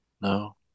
No